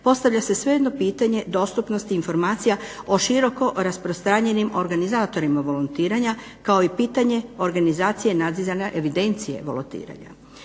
postavlja se svejedno pitanje dostupnosti informacija o široko rasprostranjenim organizatorima volontiranja, kao i pitanje organizacije nadziranja evidencije volontiranja.